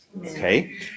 Okay